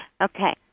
Okay